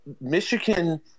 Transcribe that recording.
Michigan